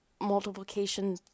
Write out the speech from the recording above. multiplication